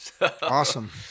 Awesome